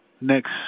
next